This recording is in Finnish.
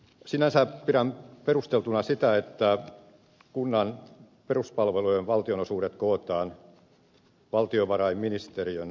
sinänsä pidän perusteltuna sitä että kunnan peruspalvelujen valtionosuudet kootaan valtiovarainministeriön hallinnon alle